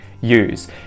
use